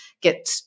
get